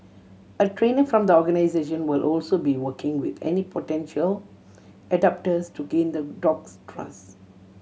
a trainer from the organisation will also be working with any potential adopters to gain the dog's trust